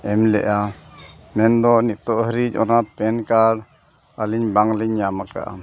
ᱮᱢ ᱞᱮᱫᱟ ᱢᱮᱱᱫᱚ ᱱᱤᱛᱚᱜ ᱦᱟᱹᱨᱤᱡ ᱚᱱᱟ ᱯᱮᱱ ᱠᱟᱨᱰ ᱟᱹᱞᱤᱧ ᱵᱟᱝᱞᱤᱧ ᱧᱟᱢ ᱟᱠᱟᱫᱟ